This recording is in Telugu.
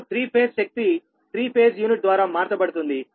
ఇప్పుడు త్రీ ఫేజ్ శక్తి త్రీ ఫేజ్ యూనిట్ ద్వారా మార్చబడుతుంది